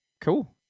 Cool